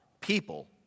people